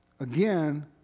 again